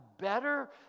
better